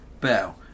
Bell